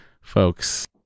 folks